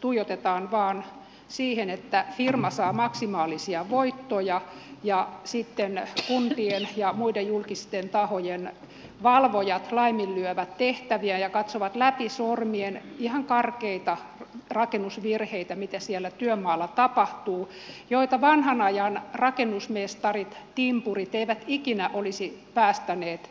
tuijotetaan vain siihen että firma saa maksimaalisia voittoja ja sitten kuntien ja muiden julkisten tahojen valvojat laiminlyövät tehtäviä ja katsovat läpi sormien ihan karkeita rakennusvirheitä mitä siellä työmaalla tapahtuu joita vanhan ajan rakennusmestarit timpurit eivät ikinä olisi päästäneet